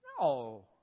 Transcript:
No